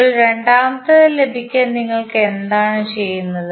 ഇപ്പോൾ രണ്ടാമത്തേത് ലഭിക്കാൻ നിങ്ങൾ എന്താണ് ചെയ്യുന്നത്